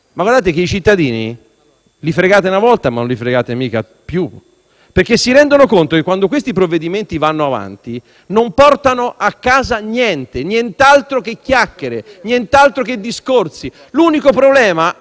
li fregate una volta e poi non più. Essi si rendono infatti conto che quando questi provvedimenti vanno avanti non portano a casa niente, nient'altro che chiacchiere e discorsi. L'unico problema è quello sulla giustizia.